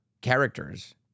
characters